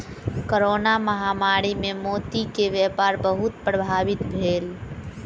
corona महामारी मे मोती के व्यापार बहुत प्रभावित भेल